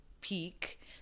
peak